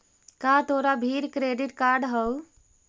का तोरा भीर क्रेडिट कार्ड हउ?